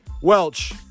Welch